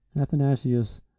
Athanasius